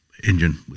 Engine